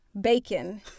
bacon